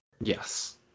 Yes